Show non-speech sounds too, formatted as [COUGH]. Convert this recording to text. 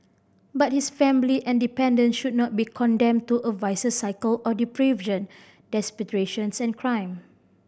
but his family and dependants should not be condemned to a vicious cycle of deprivation desperation [UNINTELLIGIBLE] and crime